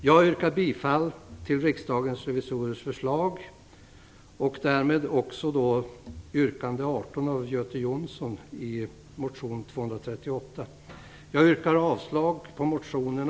Jag yrkar bifall till Riksdagens revisorers förslag och därmed också till yrkande 18 i motion